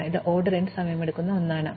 അതിനാൽ ഇത് order n സമയം എടുക്കുന്ന ഒന്നാണ്